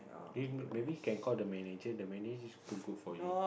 eh maybe can call the manager the manager is too good for you